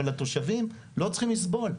אבל התושבים לא צריכים לסבול.